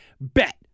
bet